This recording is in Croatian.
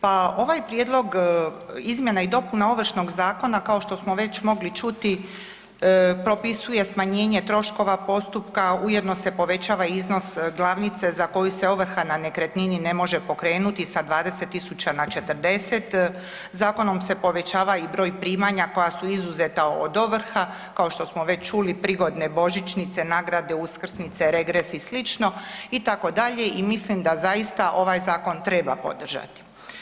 Pa ovaj prijedlog izmjena i dopuna Ovršnog zakona kao što smo već mogli čuti, propisuje smanjenje troškova postupka, ujedno se povećava iznos glavnice za koju se ovrha na nekretnini ne može pokrenuti sa 20 000 na 40, zakonom se povećava i broj primanja koja su izuzeta od ovrha, kao što smo već čuli, prigodne božićnice, nagrade, uskrsnice, regres i sl. itd., i mislim da zaista ovaj zakon treba podržati.